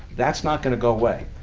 that's not going to go away.